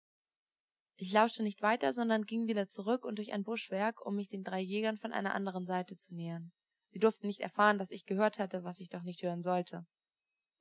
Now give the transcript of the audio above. ich lauschte nicht weiter sondern ging wieder zurück und durch ein buschwerk um mich den drei jägern von einer andern seite zu nähern sie durften nicht erfahren daß ich gehört hatte was ich doch nicht hören sollte